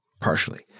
partially